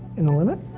in the limit.